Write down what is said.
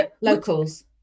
Locals